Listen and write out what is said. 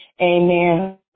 Amen